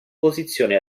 posizione